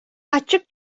ачык